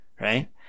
right